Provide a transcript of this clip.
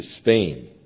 Spain